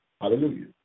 hallelujah